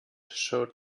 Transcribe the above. showed